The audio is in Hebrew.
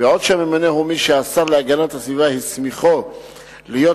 אולם הממונה הוא מי שהשר להגנת הסביבה הסמיכו להיות